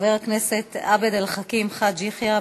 חבר הכנסת עבד אל חכים חאג' יחיא,